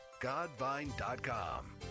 godvine.com